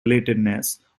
relatedness